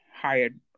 hired